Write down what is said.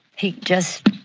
he just,